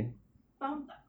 faham tak